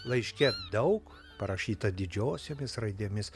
laiške daug parašyta didžiosiomis raidėmis